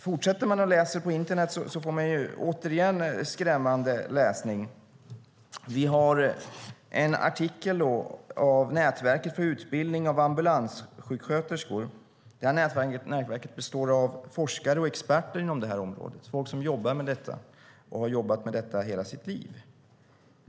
Fortsätter man att söka på internet hittar man återigen skrämmande läsning. Det finns en artikel skriven av Nätverket för utbildning av ambulanssjuksköterskor. Nätverket består av forskare och experter inom detta område, folk som jobbar med detta och har jobbat med detta hela sitt liv.